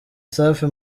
safi